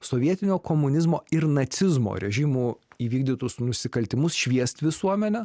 sovietinio komunizmo ir nacizmo režimų įvykdytus nusikaltimus šviest visuomenę